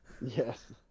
yes